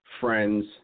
friends